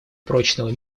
прочного